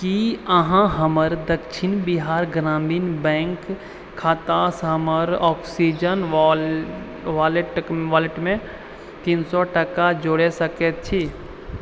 की अहाँ हमर दक्षिण बिहार ग्रामीण बैंक खातासँ हमर ऑक्सीजन वॉलेटमे तीन सए टाका जोड़ि सकैत छी